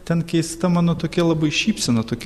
ten keista mano tokia labai šypsena tokia